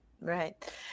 Right